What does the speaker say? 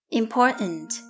important